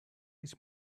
his